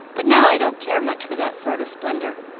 but now i don't care much for that sort of splendor.